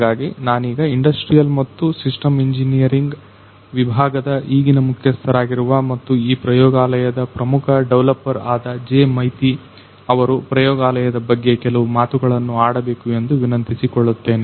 ಹಾಗಾಗಿ ನಾನೀಗ ಇಂಡಸ್ಟ್ರಿಯಲ್ ಮತ್ತು ಸಿಸ್ಟಮ್ ಇಂಜಿನಿಯರಿಂಗ್ ವಿಭಾಗದ ಈಗಿನ ಮುಖ್ಯಸ್ಥರಾಗಿರುವ ಮತ್ತು ಈ ಪ್ರಯೋಗಾಲಯದ ಪ್ರಮುಖ ಡೆವಲಪರ್ ಆದ ಜೆ ಮೈತಿ ಅವರು ಪ್ರಯೋಗಾಲಯದ ಬಗ್ಗೆ ಕೆಲವು ಮಾತುಗಳನ್ನು ಆಡಬೇಕು ಎಂದು ವಿನಂತಿಸಿಕೊಳ್ಳುತ್ತೇನೆ